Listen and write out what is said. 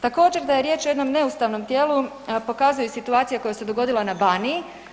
Također da je riječ o jednom neustavnom tijelu pokazuje i situacija koja se dogodila na Baniji.